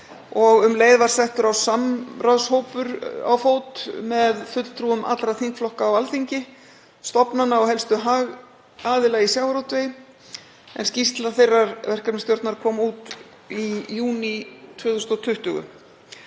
og um leið var settur á fót samráðshópur með fulltrúum allra þingflokka á Alþingi, stofnana og helstu hagaðila í sjávarútvegi en skýrsla þeirrar verkefnisstjórnar kom út í júní 2020.